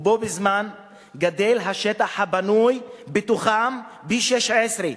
ובו בזמן גדל השטח הבנוי בתוכם פי-16,